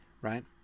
right